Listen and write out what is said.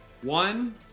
One